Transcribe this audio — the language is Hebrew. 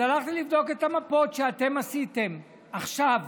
אז הלכתי לבדוק את המפות שאתם עשיתם עכשיו.